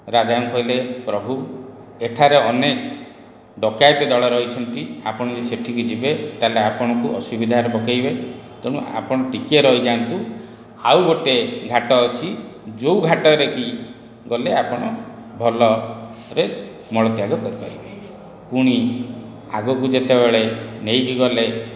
ରାଜାଙ୍କୁ କହିଲେ ପ୍ରଭୁ ଏଠାରେ ଅନେକ ଡକାୟତି ଦଳ ରହିଛନ୍ତି ଆପଣ ସେଠିକି ଯିବେ ତା'ହେଲେ ଆପଣଙ୍କୁ ଅସୁବିଧାରେ ପକାଇବେ ତେଣୁ ଆପଣ ଟିକେ ରହିଯାଆନ୍ତୁ ଆଉ ଗୋଟିଏ ଘାଟ ଅଛି ଯେଉଁ ଘାଟରେ କି ଗଲେ ଆପଣ ଭଲରେ ମଳତ୍ୟାଗ କରିପାରିବେ ପୁଣି ଆଗକୁ ଯେତେବେଳେ ନେଇକି ଗଲେ